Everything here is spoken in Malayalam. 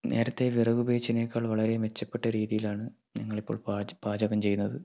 നേരത്തെ വിറക് ഉപയോഗിച്ചതിനേക്കാൾ വളരെ മെച്ചപ്പെട്ട രീതിയിലാണ് ഞങ്ങൾ ഇപ്പോൾ പാച പാചകം ചെയ്യുന്നത്